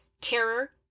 terror